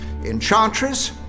enchantress